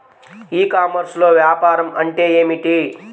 ఈ కామర్స్లో వ్యాపారం అంటే ఏమిటి?